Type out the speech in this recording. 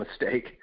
mistake